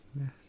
yes